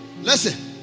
Listen